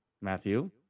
Matthew